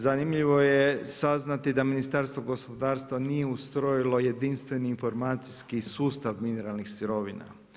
Zanimljivo je saznati da Ministarstvo gospodarstva, nije ustrojilo jedinstveni informacijski sustav mineralnih sirovina.